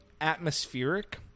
atmospheric